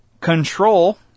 control